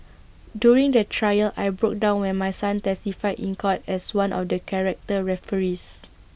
during the trial I broke down when my son testified in court as one of the character referees